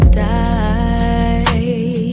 die